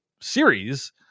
series